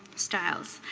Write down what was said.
styles.